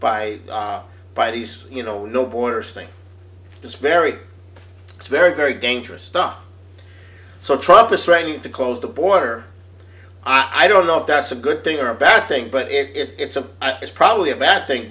by by these you know no borders thing it's very it's very very dangerous stuff so trump is threatening to close the border i don't know if that's a good thing or a bad thing but if it's a it's probably a bad thing